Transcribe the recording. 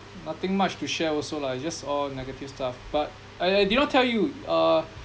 nothing much to share also lah it's just all negative stuff but I I did not tell you uh